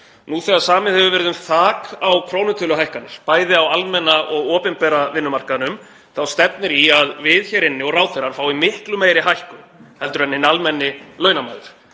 Nú þegar samið hefur verið um þak á krónutöluhækkanir, bæði á almenna og opinbera vinnumarkaðnum, stefnir í að við hér inni og ráðherrar fáum miklu meiri hækkun en hinn almenni launamaður.